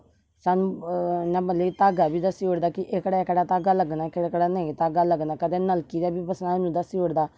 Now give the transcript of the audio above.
सानू इन्ना मतलब धागा बी दस्सी ओड़दा कि एह्कड़ा एह्कड़ा धागा लग्गना केह्डा नेईं धागा लग्गना कदें नलकी दा बी सानू दस्सी ओड़दा